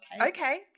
okay